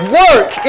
work